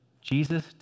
Jesus